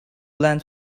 land